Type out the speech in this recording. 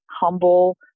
humble